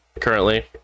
currently